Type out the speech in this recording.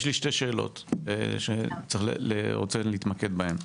יש לי שתי שאלות שאני רוצה להתמקד בהן,